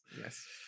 Yes